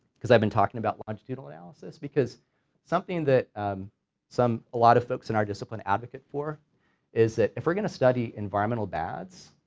cause i've been talking about longitudinal analysis because something that some, a lot of folks in our discipline advocate for is that if we're going to study environmental bads,